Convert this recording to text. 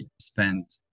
spent